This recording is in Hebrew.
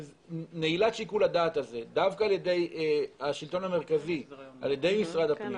נעילת שיקול הדעת הזה דווקא על ידי השלטון המרכזי על ידי משרד הפנים